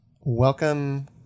welcome